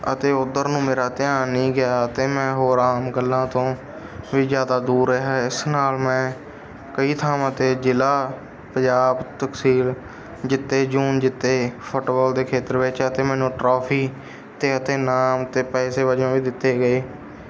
ਅਤੇ ਉੱਧਰ ਨੂੰ ਮੇਰਾ ਧਿਆਨ ਨਹੀਂ ਗਿਆ ਅਤੇ ਮੈਂ ਹੋਰ ਆਮ ਗੱਲਾਂ ਤੋਂ ਵੀ ਜ਼ਿਆਦਾ ਦੂਰ ਰਿਹਾ ਇਸ ਨਾਲ ਮੈਂ ਕਈ ਥਾਵਾਂ 'ਤੇ ਜ਼ਿਲ੍ਹਾ ਪੰਜਾਬ ਤਕਸੀਲ ਜਿੱਤੇ ਜੂਨ ਜਿੱਤੇ ਫੁੱਟਬੋਲ ਦੇ ਖੇਤਰ ਵਿੱਚ ਅਤੇ ਮੈਨੂੰ ਟਰੋਫੀ ਅਤੇ ਅਤੇ ਇਨਾਮ ਅਤੇ ਪੈਸੇ ਵਜੋਂ ਵੀ ਦਿੱਤੇ ਗਏ